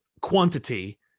quantity